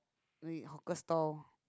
with hawker stall